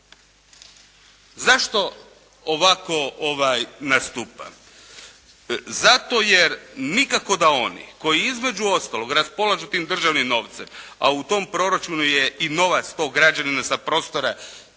Zašto ovako nastupam? Zato jer nikako da oni koji između ostalog raspolažu tim državnim novcem, a u tom proračunu je i novac tog građanina sa prostora